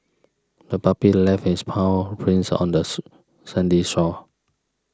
the puppy left its paw prints on the sandy shore